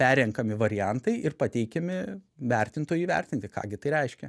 perrenkami variantai ir pateikiami vertintojui įvertinti ką gi tai reiškia